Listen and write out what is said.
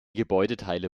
gebäudeteile